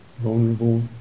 vulnerable